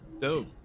dope